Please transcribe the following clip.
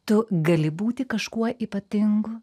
tu gali būti kažkuo ypatingu